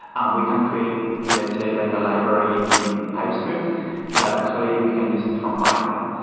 um we can create let's say like a library in typescript that actually we can use it from python.